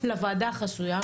לוועדה החסוייה,